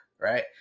Right